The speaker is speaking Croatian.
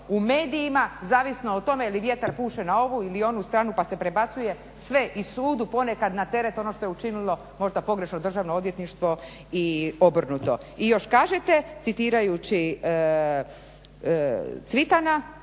u medijima zavisno o tome jeli vjetar puše na ovu ili onu stranu pa se prebacuje sve i sudu ponekad na teret ono što je učinilo možda pogrešno Državno odvjetništvo i obrnuto. I još kažete citirajući Cvitana